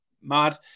mad